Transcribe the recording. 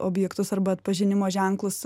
objektus arba atpažinimo ženklus